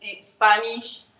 Spanish